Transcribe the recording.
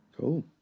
cool